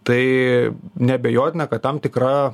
tai neabejotina kad tam tikra